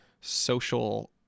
social